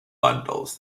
bundles